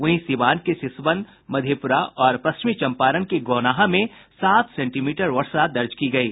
वहीं सिवान के सिसवन मधेपुरा और पश्चिमी चम्पारण के गौनाहा में सात सेंटीमीटर वर्षा दर्ज की गयी